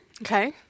Okay